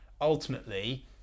ultimately